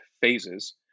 phases